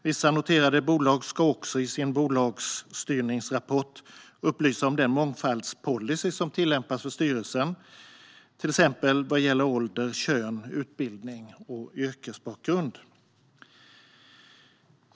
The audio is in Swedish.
Vissa noterade bolag ska också i sin bolagsstyrningsrapport upplysa om den mångfaldspolicy som tillämpas för styrelsen, till exempel vad gäller ålder, kön, utbildning och yrkesbakgrund.